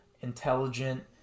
intelligent